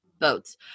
votes